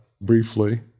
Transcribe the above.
briefly